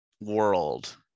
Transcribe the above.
world